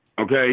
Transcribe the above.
Okay